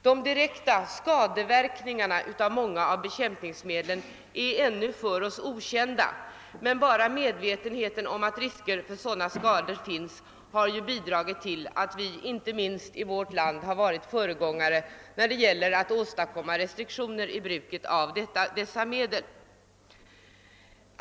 De direkta skadeverkningarna av många bekämpningsmedel är ännu okända för oss, men bara medvetenheten om att risker för skador föreligger har bidragit till att vi i vårt land — vi har varit föregångare — har infört restriktioner när det gäller bruket av dessa medel.